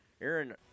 Aaron –